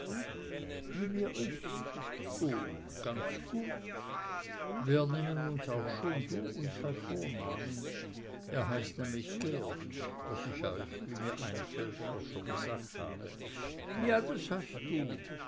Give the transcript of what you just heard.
wie mir ist oh ganz gut wir nennen uns auch schon du und bei vornamen er heißt nämlich geert was ich euch wie mir einfällt auch schon gesagt habe ja das hast du